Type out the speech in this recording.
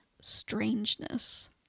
strangeness